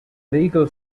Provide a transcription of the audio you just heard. legal